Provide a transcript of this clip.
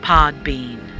Podbean